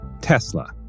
Tesla